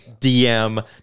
DM